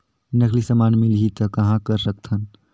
नकली समान मिलही त कहां कर सकथन?